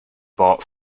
bought